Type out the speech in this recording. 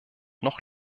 noch